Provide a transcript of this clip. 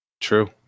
true